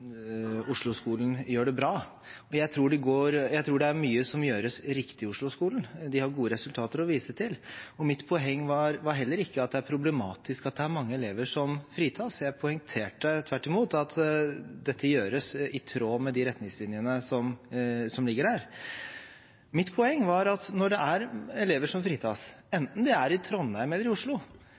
gjør det bra. Jeg tror det er mye som gjøres riktig i Oslo-skolen, den har gode resultater å vise til. Mitt poeng var heller ikke at det er problematisk at det er mange elever som fritas. Jeg poengterte tvert imot at det gjøres i tråd med de retningslinjene som ligger der. Mitt poeng var at når det er elever som fritas, enten de er i Trondheim eller i Oslo,